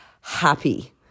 happy